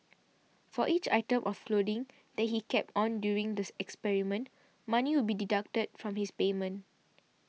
for each item of clothing that he kept on during the experiment money would be deducted from his payment